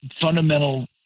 fundamental